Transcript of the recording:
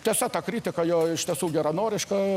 tiesa ta kritika jo iš tiesų geranoriška